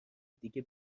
دیگه